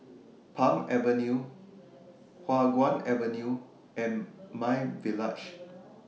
Palm Avenue Hua Guan Avenue and MyVillage